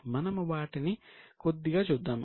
మనము వాటిని కొద్దిగా చూద్దాము